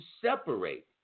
separate